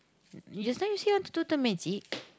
you just now you say want to do the magic